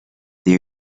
they